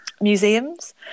museums